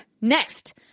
next